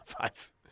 five